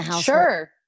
Sure